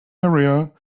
area